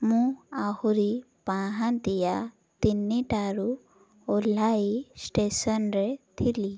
ମୁଁ ଆହୁରି ପାହାନ୍ତିିଆ ତିନିଟାରୁ ଓହ୍ଲାଇ ଷ୍ଟେସନରେ ଥିଲି